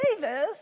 Davis